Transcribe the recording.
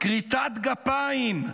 כריתת גפיים,